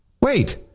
wait